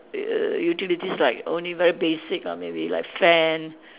err utilities like only very basic ah maybe like fan